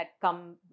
come